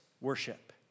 worship